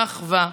האחווה,